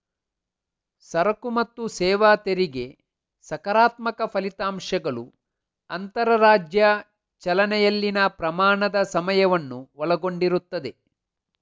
ಸರಕು ಮತ್ತು ಸೇವಾ ತೆರಿಗೆ ಸಕಾರಾತ್ಮಕ ಫಲಿತಾಂಶಗಳು ಅಂತರರಾಜ್ಯ ಚಲನೆಯಲ್ಲಿನ ಪ್ರಯಾಣದ ಸಮಯವನ್ನು ಒಳಗೊಂಡಿರುತ್ತದೆ